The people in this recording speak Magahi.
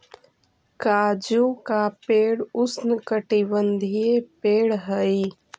काजू का पेड़ उष्णकटिबंधीय पेड़ हई